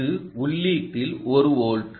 இது உள்ளீட்டில் 1 வோல்ட்